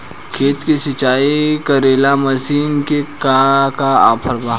खेत के सिंचाई करेला मशीन के का ऑफर बा?